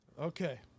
Okay